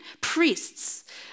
priests